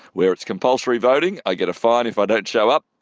where it's compulsory voting. i get a fine if i don't show up.